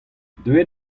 deuet